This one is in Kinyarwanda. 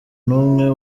n’umwe